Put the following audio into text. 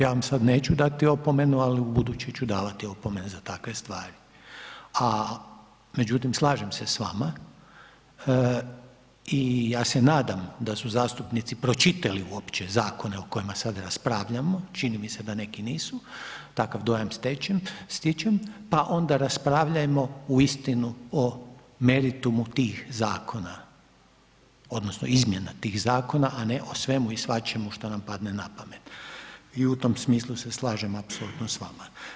Ja vam sad neću dati opomenu, ali ubuduće ću davati opomene za takve stvari, a međutim slažem se s vama i ja se nadam da su zastupnici pročitali uopće zakone o kojima sada raspravljamo, čini mi se da neki nisu, takav dojam stičem, pa onda raspravljajmo uistinu o meritumu tih zakona odnosno izmjena tih zakona, a ne o svemu i svačemu što nam padne na pamet i u tom smislu se slažem apsolutno s vama.